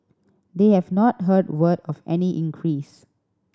they have not heard word of any increase